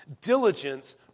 diligence